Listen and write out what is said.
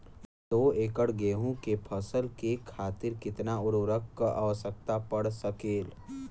दो एकड़ गेहूँ के फसल के खातीर कितना उर्वरक क आवश्यकता पड़ सकेल?